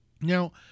now